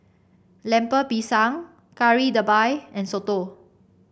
Lemper Pisang Kari Debal and soto